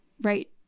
right